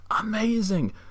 amazing